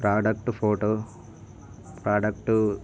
product photo product